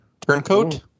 Turncoat